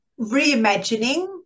reimagining